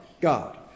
God